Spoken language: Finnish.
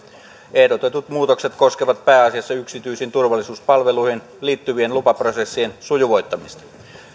ehdotetut muutokset koskevat pääasiassa yksityisiin turvallisuuspalveluihin liittyvien lupaprosessien sujuvoittamista